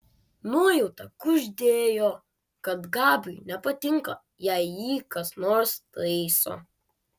nuojauta kuždėjo kad gabiui nepatinka jei jį kas nors taiso